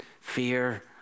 fear